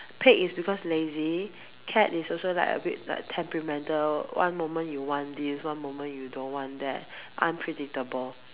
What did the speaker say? pig is because lazy cat is also like a bit like temperamental one moment you want this one moment you don't want that unpredictable